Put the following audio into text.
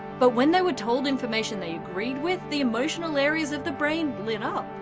but when they were told information they agreed with, the emotional areas of the brain lit up.